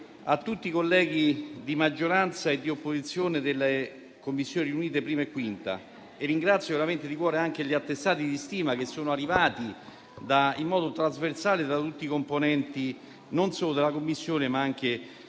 anche a tutti i colleghi di maggioranza e di opposizione delle Commissioni 1a e 5a riunite. Ringrazio veramente di cuore anche per gli attestati di stima che sono arrivati, in modo trasversale, da tutti i componenti non solo della Commissione, ma anche